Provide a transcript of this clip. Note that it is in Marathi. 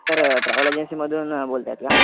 सर ट्रॅवल एजन्सीमधून बोलत आहेत का